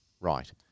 Right